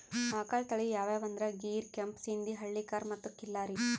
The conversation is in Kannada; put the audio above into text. ಆಕಳ್ ತಳಿ ಯಾವ್ಯಾವ್ ಅಂದ್ರ ಗೀರ್, ಕೆಂಪ್ ಸಿಂಧಿ, ಹಳ್ಳಿಕಾರ್ ಮತ್ತ್ ಖಿಲ್ಲಾರಿ